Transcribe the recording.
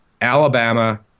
Alabama